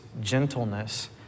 gentleness